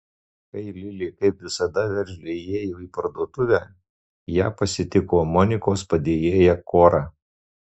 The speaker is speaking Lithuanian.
kai lilė kaip visada veržliai įėjo į parduotuvę ją pasitiko monikos padėjėja kora